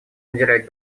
уделять